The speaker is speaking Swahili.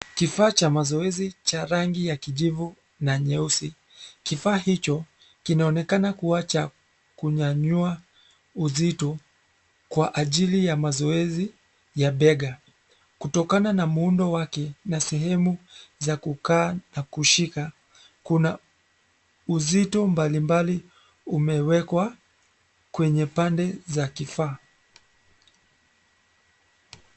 Kifaa cha mazoezi cha rangi ya kijivu na nyeusi. Kifaa hicho kinaonekana kua cha kunyanyua uzito kwa ajili ya mazoezi ya bega. Kutokana na muundo wake na sehemu za kukaa na kushika, kuna uzito mbalimbali umewekwa kwenye pande za kifaa.